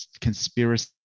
conspiracy